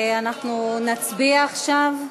אנחנו נצביע עכשיו.